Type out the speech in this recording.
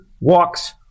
walks